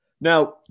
Now